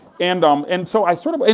and um and so i sort of, and